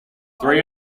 three